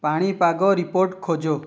ପାଣିପାଗ ରିପୋର୍ଟ ଖୋଜ